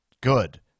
good